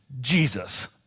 Jesus